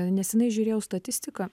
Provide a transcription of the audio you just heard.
nesenai žiūrėjau statistiką